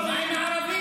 מה עם הערבים?